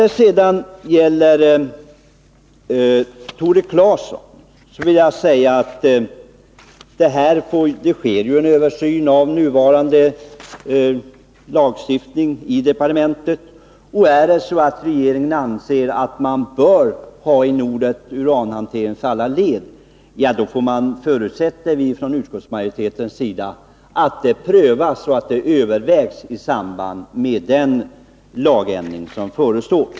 Till Tore Claeson vill jag säga att det sker en översyn av nuvarande lagstiftning i departementet. Och om regeringen anser att man bör ta in uttrycket uranhanteringens alla led, då förutsätter vi från utskottsmajoritetens sida att detta prövas och övervägs i samband med den lagändring som förestår.